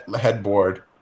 headboard